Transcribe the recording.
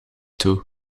toe